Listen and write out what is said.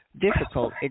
difficult